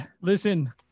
listen